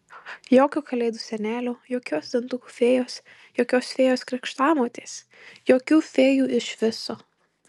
jokio kalėdų senelio jokios dantukų fėjos jokios fėjos krikštamotės jokių fėjų iš viso